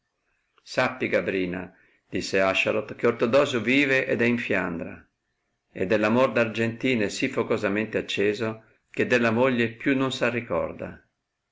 sappi gabrina disse asharoth che ortodosio vive ed è in fiandra e dell amor d argentina è sì focosamente acceso che della moglie più non s arricorda